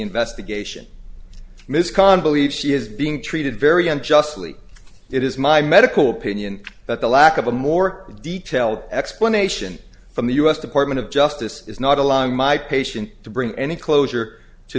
investigation ms khan believes she is being treated very and justly it is my medical opinion that the lack of a more detailed explanation from the u s department of justice is not allowing my patient to bring any closure to